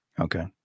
Okay